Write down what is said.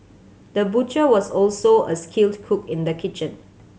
the butcher was also a skilled cook in the kitchen